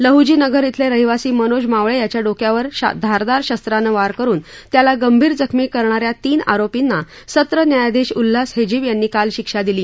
लहजी नगर झेले रहिवासी मनोज मावळे याच्या डोक्यावर धारदार शस्त्रानं वार करून त्याला गंभीर जखमी करणाऱ्या तीन आरोपींना सत्र न्यायाधिश उल्हास हेजीब यांनी काल शिक्षा दिली